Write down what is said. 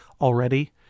already